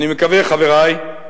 אני מקווה, חברי,